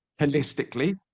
holistically